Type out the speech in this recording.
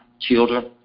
Children